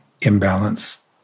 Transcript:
imbalance